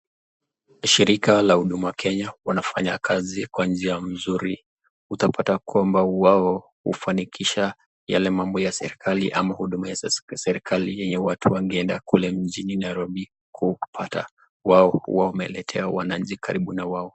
Shirika la Huduma Kenya wanafanya kazi kwa njia mzuri. utapata kwamba wao hufanikisha yale mambo ya serikali ama huduma ya serikali nye watu wangeenda kule mjini Nairobi kupata. Wao wanaletea wananchi karibu na wao.